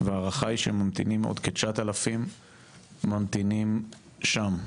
והערכה היא שממתינים עוד כ-9,000 ממתינים שם.